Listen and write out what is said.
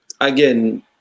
again